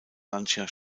lancia